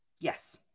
yes